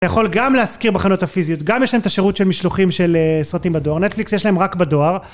אתה יכול גם להשכיר בחנויות הפיזיות, גם יש להם את השירות של משלוחים של סרטים בדואר, נטפליקס יש להם רק בדואר.